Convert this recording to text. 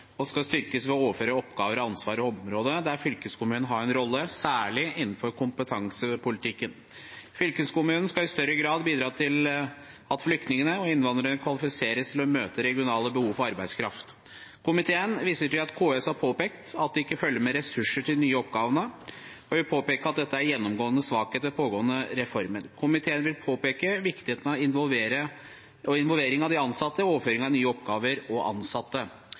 integreringsområdet skal styrkes ved å overføre oppgaver og ansvar på områder der fylkeskommunene har en rolle, særlig innenfor kompetansepolitikken. Fylkeskommunene skal i større grad bidra til at flyktninger og innvandrere kvalifiseres til å møte regionale behov for arbeidskraft. Komiteen viser til at KS har påpekt at det ikke følger med ressurser til de nye oppgavene, og vil påpeke at dette er en gjennomgående svakhet ved pågående reformer. Komiteen vil påpeke viktigheten av involvering av de ansatte ved overføring av nye oppgaver og ansatte.